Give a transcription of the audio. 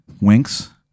winks